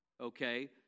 okay